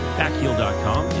backheel.com